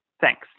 Thanks